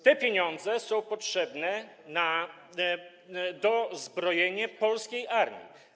Te pieniądze są potrzebne na dozbrojenie polskiej armii.